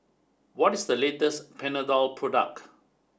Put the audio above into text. what is the latest Panadol product